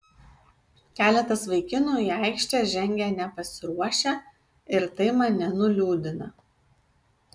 keletas vaikinų į aikštę žengę nepasiruošę ir tai mane nuliūdina